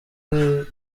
uyu